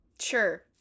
sure